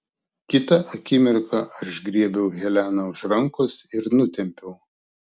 kitą akimirką aš griebiau heleną už rankos ir nutempiau